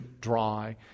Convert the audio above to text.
dry